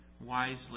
wisely